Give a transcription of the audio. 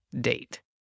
date